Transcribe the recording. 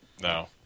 No